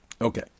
Okay